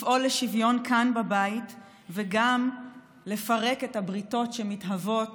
לפעול לשוויון כאן בבית וגם לפרק את הבריתות שמתהוות